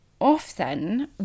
often